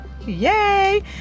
Yay